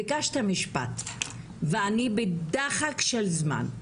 ביקשת משפט ואני בדחק של זמן.